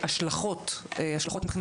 בעקבות השאלה של יושבת ראש הוועדה,